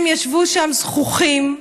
הם ישבו שם זחוחים,